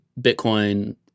bitcoin